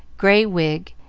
gray wig,